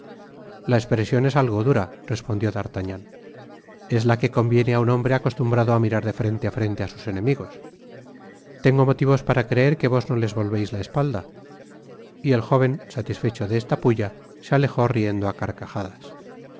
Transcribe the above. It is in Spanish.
la espresion es algo dura respondió d'artagnan es la que conviene a un hombre acostumbrado á mirar de frente á sus enemigos tengo motivos para creer que vos no les volveis la espalda y el jóven satisfecho de esta pulla se alejó riendo á carcajadas